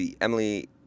Emily